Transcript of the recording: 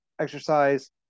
exercise